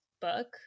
book